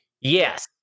yes